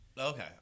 Okay